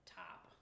top